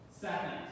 Second